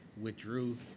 withdrew